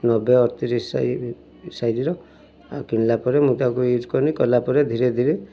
ନବେ ଅଡ଼ତିରିଶି ସାଇ ସାଇଜ୍ର୍ କିଣିଲା ପରେ ମୁଁ ତାକୁ ୟୁଜ୍ କଲି କଲାପରେ ଧୀରେ ଧୀରେ